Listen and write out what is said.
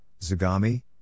Zagami